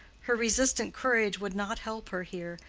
her resistant courage would not help her here,